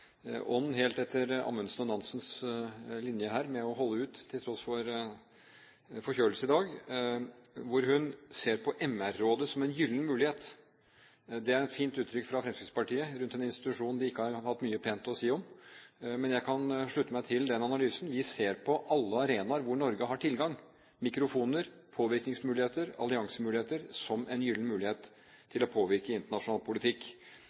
helt etter Amundsens og Nansens linje her ved å holde ut til tross for forkjølelse i dag – ser på MR-rådet som «en gyllen mulighet». Det er et fint uttrykk fra Fremskrittspartiet om en institusjon de ikke har hatt mye pent å si om, men jeg kan slutte meg til den analysen. Vi ser på alle arenaer hvor Norge har tilgang, mikrofoner, påvirkningsmuligheter og alliansemuligheter, som en gyllen mulighet til å påvirke internasjonal politikk.